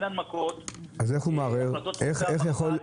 אז איך אדם מערער?